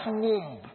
womb